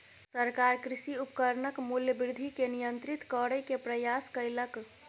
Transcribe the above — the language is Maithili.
सरकार कृषि उपकरणक मूल्य वृद्धि के नियंत्रित करै के प्रयास कयलक